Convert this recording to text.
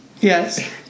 Yes